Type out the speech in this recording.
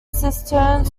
cisterns